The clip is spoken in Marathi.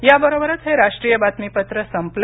याबरोबरच हे राष्ट्रीय बातमीपत्र संपलं